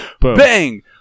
Bang